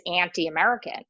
anti-american